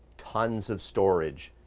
tons of storage,